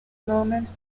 moment